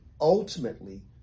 ultimately